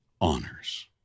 honors